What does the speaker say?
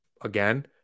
again